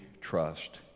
trust